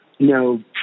no